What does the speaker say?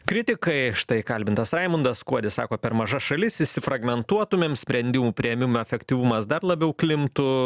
kritikai štai kalbintas raimundas kuodis sako per maža šalis išsifragmentuotumėm sprendimų priėmimo efektyvumas dar labiau klimptų